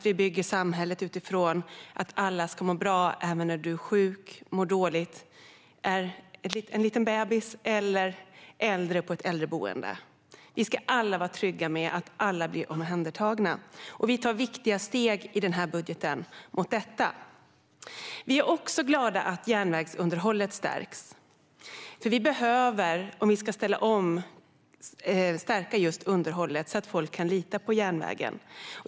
Vi bygger samhället utifrån att alla ska ha det bra även om de blir sjuka och mår dåligt, oavsett om det handlar om en liten bebis eller äldre människor på ett äldreboende. Vi ska alla vara trygga med att alla blir omhändertagna, och i denna budget tar vi viktiga steg mot detta. Vi är också glada för att järnvägsunderhållet stärks. Om vi ska ställa om behöver vi stärka underhållet så att folk kan lita på järnvägen.